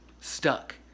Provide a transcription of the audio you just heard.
stuck